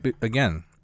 again